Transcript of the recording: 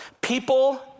people